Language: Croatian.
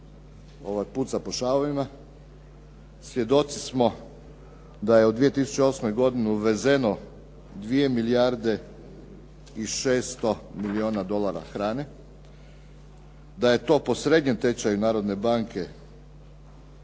puca po šavovima, svjedoci smo da je u 2008. godini uvezeno 2 milijarde i 600 milijuna dolara hrane, da je to po srednjem tečaju Narodne banke,